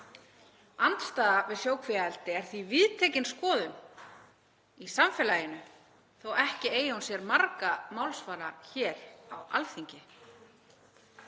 Andstaða við sjókvíaeldi er því viðtekin skoðun í samfélaginu þótt ekki eigi hún sér marga málsvara hér á Alþingi